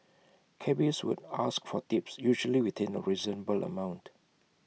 cabbies would ask for tips usually within A reasonable amount